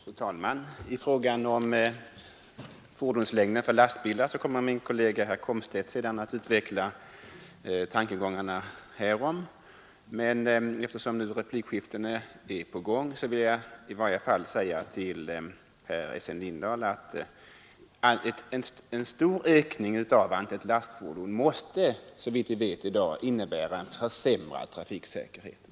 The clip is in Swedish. Fru talman! I frågan om fordonslängden för lastbilar kommer min kollega herr Komstedt senare att utveckla våra tankegångar, men eftersom replikskiftena nu kom mit i gång vill jag till Essen Lindahl i varje fall säga att en stor ökning av antalet lastfordon såvitt vi kan se i dag måste innebära en försämrad trafiksäkerhet.